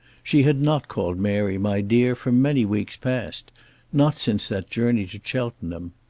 she had not called mary my dear for many weeks past not since that journey to cheltenham.